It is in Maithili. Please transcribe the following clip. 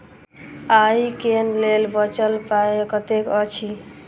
आइ केँ लेल बचल पाय कतेक अछि?